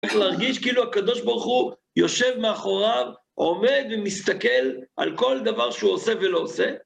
צריך להרגיש כאילו הקדוש ברוך הוא יושב מאחוריו, עומד ומסתכל על כל דבר שהוא עושה ולא עושה.